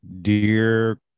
Dear